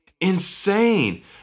insane